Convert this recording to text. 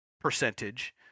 percentage